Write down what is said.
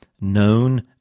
known